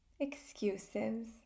Excuses